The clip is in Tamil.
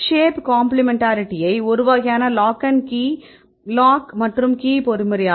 ஷேப் காம்ப்ளிமென்ட்டாரிட்டியைக் ஒருவகையான லாக் மற்றும் கி பொறிமுறையாகும்